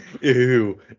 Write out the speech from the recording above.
Ew